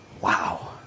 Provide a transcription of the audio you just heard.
Wow